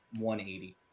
180